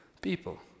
people